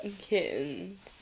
Kittens